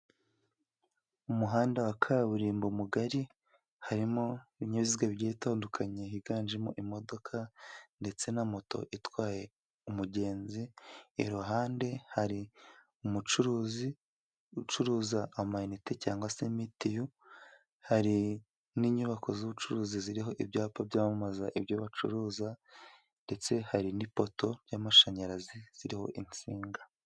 Umuhanda wa kaburimbo mugari harimo ibinyabiziga bitandukanye, higanjemo imodoka ndetse na moto itwaye umugenzi, iruhande hari umucuruzi ucuruza amayinite cyangwa se mitiyu, hari n'inyubako z'ubucuruzi ziriho ibyapa byamamaza ibyo bacuruza, ndetse hari n'ipoto y'amashanyarazi iriho insinga.